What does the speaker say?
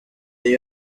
iyo